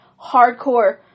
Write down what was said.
hardcore